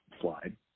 slide